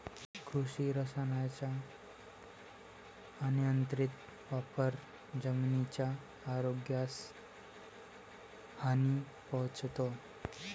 कृषी रसायनांचा अनियंत्रित वापर जमिनीच्या आरोग्यास हानी पोहोचवतो